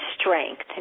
strength